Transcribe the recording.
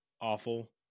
awful